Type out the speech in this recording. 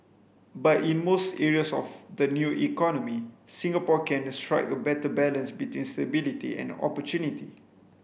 but in most areas of the new economy Singapore can strike a better balance between stability and opportunity